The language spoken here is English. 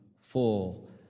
full